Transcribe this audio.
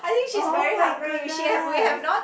oh my goodness